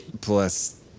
plus